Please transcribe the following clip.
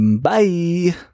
bye